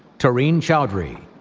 tareen chowdhury,